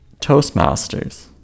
Toastmasters